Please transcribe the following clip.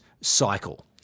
cycle